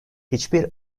hiçbir